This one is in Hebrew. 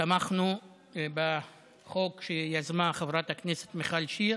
תמכנו בחוק, שיזמה חברת הכנסת מיכל שיר